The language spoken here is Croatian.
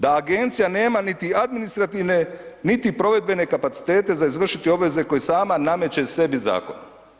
Da agencija nema niti administrativne, niti provedbene kapacitete za izvršiti obveze koje sama nameće sebi zakonom.